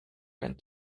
went